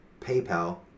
PayPal